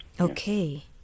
Okay